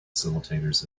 facilitators